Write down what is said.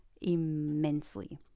immensely